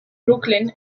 brooklyn